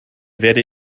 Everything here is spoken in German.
werde